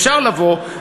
אפשר לבוא.